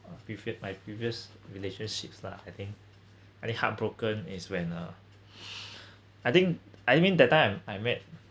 uh you my previous relationships lah I think I think heart heartbroken is when uh I think I mean that time I I met